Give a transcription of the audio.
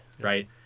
right